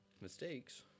mistakes